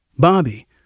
Bobby